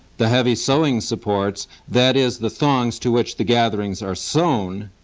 the heavy sewing supports, that is, the thongs to which the gatherings are sewn,